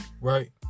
Right